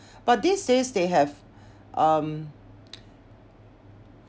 but these days they have um